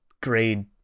grade